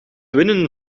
winnen